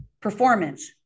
performance